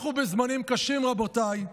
אנחנו בזמנים קשים, רבותיי,